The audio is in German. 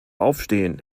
aufstehen